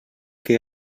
que